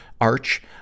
Arch